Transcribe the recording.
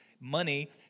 money